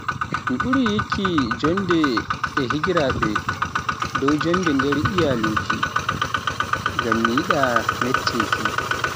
Mi ɓuri yikki jonnde e higiraaɓe dow joonde nder iyaluuji, ngam mi yiɗa metteki.